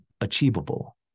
achievable